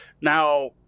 Now